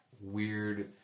weird